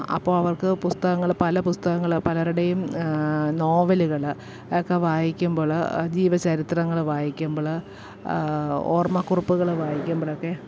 അപ്പോൾ അവർക്ക് പുസ്തകങ്ങൾ പല പുസ്തകങ്ങൾ പലരുടെയും നോവലുകൾ ഒക്കെ വായിക്കുമ്പോൾ ജീവചരിത്രങ്ങൾ വായിക്കുമ്പോൾ ഓർമ്മക്കുറിപ്പുകൾ വായിക്കുമ്പോളൊക്കെ